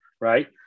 right